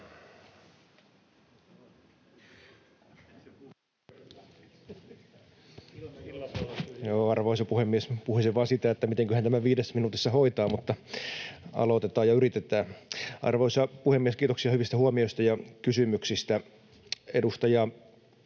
Arvoisa puhemies! Puhisin vain sitä, mitenköhän tämän viidessä minuutissa hoitaa, mutta aloitetaan ja yritetään. Arvoisa puhemies! Kiitoksia hyvistä huomioista ja kysymyksistä. Edustaja